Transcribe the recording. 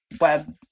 web